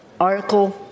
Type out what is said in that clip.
Article